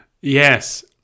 Yes